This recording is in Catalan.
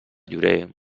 llorer